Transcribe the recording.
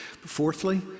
Fourthly